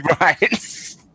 Right